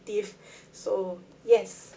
so yes